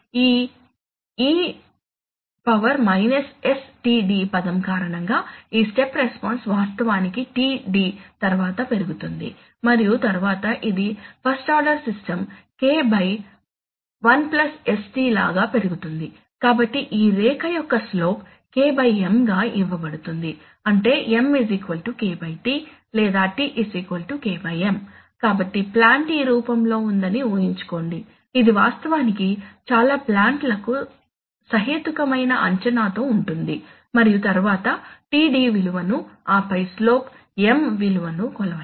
ఈ e std పదం కారణంగా ఈ స్టెప్ రెస్పాన్స్ వాస్తవానికి td తర్వాత పెరుగుతుంది మరియు తరువాత ఇది first order system k 1 sT లాగా పెరుగుతుంది కాబట్టి ఈ రేఖ యొక్క స్లోప్ K M గా ఇవ్వబడుతుంది అంటే M K T లేదా T K M కాబట్టి ప్లాంట్ ఈ రూపంలో ఉందని ఊహించుకోండి ఇది వాస్తవానికి చాలా ప్లాంట్ లకు సహేతుకమైన అంచనాతో ఉంటుంది మరియు తరువాత td విలువను ఆపై స్లోప్ M విలువ ను కొలవండి